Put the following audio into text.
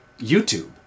youtube